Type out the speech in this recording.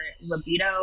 libido